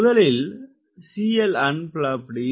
முதலில் unflapped